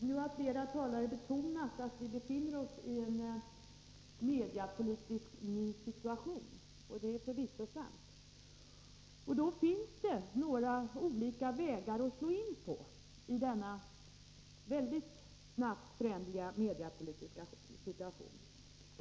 Nu har flera talare betonat att vi befinner oss i en mediapolitiskt ny situation. Det är förvisso sant. Då finns det några olika vägar att slå in på i denna mycket snabbt föränderliga mediapolitiska situation.